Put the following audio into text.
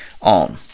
on